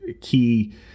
key